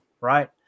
right